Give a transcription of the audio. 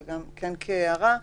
אבל כן כהערה,